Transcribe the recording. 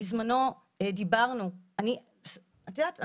את יודעת,